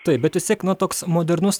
taip bet vis tiek nu toks modernus